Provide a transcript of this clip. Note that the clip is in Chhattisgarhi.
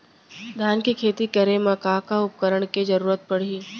धान के खेती करे मा का का उपकरण के जरूरत पड़हि?